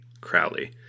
Crowley